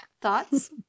Thoughts